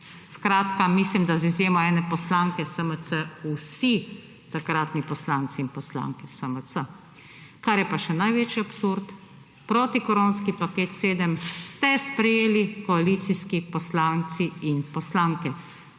Skratka mislim, da z izjemo ene poslanke SMC vsi takratni poslanci in poslanke SMC. Kar je pa še največji absurd, protikoronski paket 7 ste sprejeli koalicijski poslanci in **30.